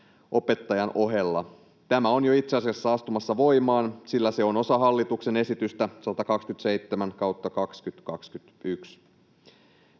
opettajan ohella. Tämä on jo itseasiassa astumassa voimaan, sillä se on osa hallituksen esitystä 127/2021.